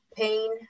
pain